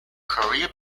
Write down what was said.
korea